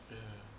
eh